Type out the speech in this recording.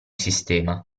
sistema